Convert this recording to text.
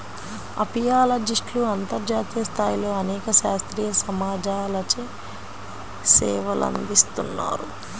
అపియాలజిస్ట్లు అంతర్జాతీయ స్థాయిలో అనేక శాస్త్రీయ సమాజాలచే సేవలందిస్తున్నారు